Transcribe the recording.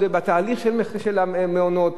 בתהליך של המעונות,